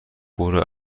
برو